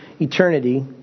eternity